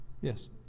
Yes